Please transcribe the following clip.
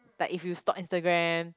like if you stalk Instagram